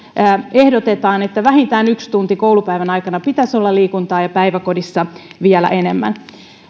ehdotetaan että vähintään yksi tunti koulupäivän aikana pitäisi olla liikuntaa ja päiväkodissa vielä enemmän